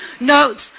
notes